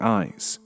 eyes